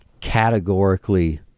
categorically